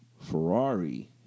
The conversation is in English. Ferrari